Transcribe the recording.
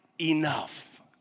enough